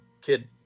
kid